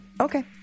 Okay